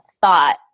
thought